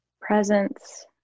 Presence